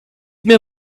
mir